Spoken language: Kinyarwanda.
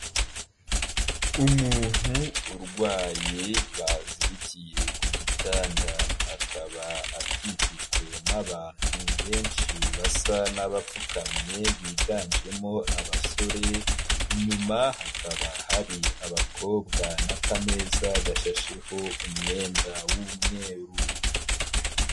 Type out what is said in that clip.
Umuntu urwaye bazirikiye ku gitanda akaba akikijwe n'abantu benshi basa n'abapfukamye, biganjemo abasore, inyuma hakaba hari abakobwa n'akameza gashasheho umwenda w'umweru.